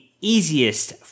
easiest